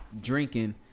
drinking